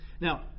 Now